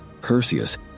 Perseus